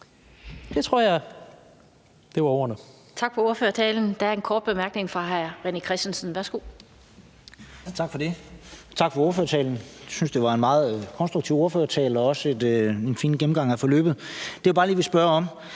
fg. formand (Annette Lind): Tak for ordførertalen. Der er en kort bemærkning fra hr. René Christensen. Værsgo. Kl. 16:13 René Christensen (DF): Tak for det. Tak for ordførertalen. Jeg synes, det var en meget konstruktiv ordførertale og også en fin gennemgang af forløbet. Det, jeg bare lige vil sige, er